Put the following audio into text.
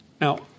Now